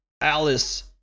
Alice